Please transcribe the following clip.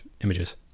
images